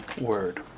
word